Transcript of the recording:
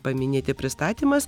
paminėti pristatymas